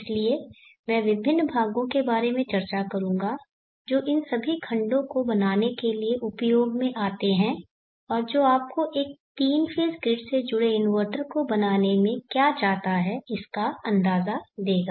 इसलिए मैं विभिन्न भागों के बारे में चर्चा करूंगा जो इन सभी खंडो को बनाने के लिए उपयोग में आते हैं जो आपको एक 3 फेज़ ग्रिड से जुड़े इन्वर्टर को बनाने में क्या जाता है इसका अंदाजा देगा